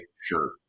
sure